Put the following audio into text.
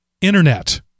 Internet